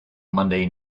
monday